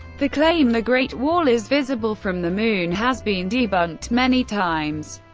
the claim the great wall is visible from the moon has been debunked many times,